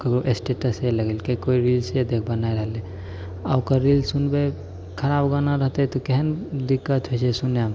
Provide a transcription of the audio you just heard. ककरो स्टेटसे लगेलकै कोइ रील्से बनाए रहलै आ ओकर रील्स सुनबै खराब गाना रहतै तऽ केहन दिक्कत होय छै सुनेमे